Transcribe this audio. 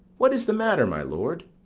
what is the matter, my lord?